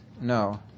No